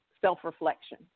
self-reflection